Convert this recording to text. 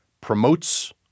promotes